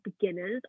beginners